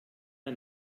der